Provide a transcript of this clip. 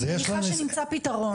אני מניחה שנמצא פתרון.